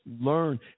learn